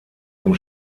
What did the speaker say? dem